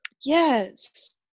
Yes